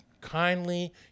kindly